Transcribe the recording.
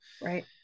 Right